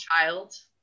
child